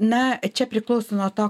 na čia priklauso nuo to